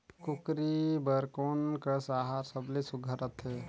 कूकरी बर कोन कस आहार सबले सुघ्घर रथे?